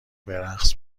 برقص